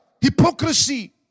Hypocrisy